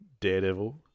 Daredevil